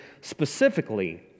specifically